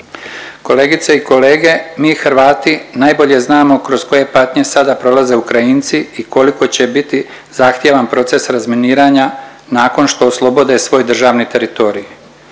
Kolegice i kolege, mi Hrvati najbolje znamo kroz koje patnje sada prolaze Ukrajinci i koliko će biti zahtjevan proces razminiranja nakon što oslobode svoj državni teritorij.